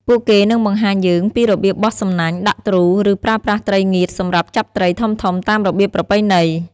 ពួកគេនឹងបង្ហាញយើងពីរបៀបបោះសំណាញ់ ដាក់ទ្រូ ឬប្រើប្រាស់ត្រីងៀតសម្រាប់ចាប់ត្រីធំៗតាមរបៀបប្រពៃណី។